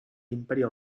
imperio